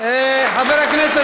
חבר הכנסת